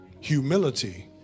Humility